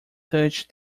touched